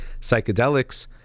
psychedelics